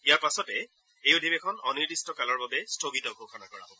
ইয়াৰ পাছতে এই অধিৱেশন অনিৰ্দিষ্ট কালৰ বাবে স্থগিত ঘোষণা কৰা হব